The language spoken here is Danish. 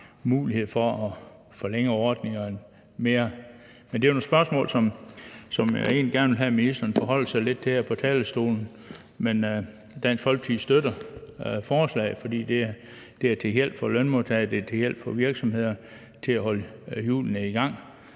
mulighed for at forlænge ordningerne mere. Men det er nogle spørgsmål, som jeg egentlig gerne vil have at ministeren forholder sig lidt til her på talerstolen, men Dansk Folkeparti støtter forslagene, fordi det er til hjælp for lønmodtagere, det er til hjælp for virksomheder til at holde hjulene i gang,